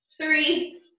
three